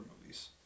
movies